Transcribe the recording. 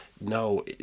No